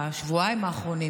בשבועיים האחרונים,